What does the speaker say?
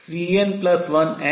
Cn1n